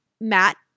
Matt